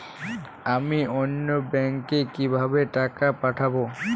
আমি অন্য ব্যাংকে কিভাবে টাকা পাঠাব?